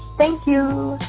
thank you